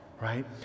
right